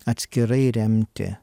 atskirai remti